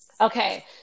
Okay